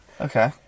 Okay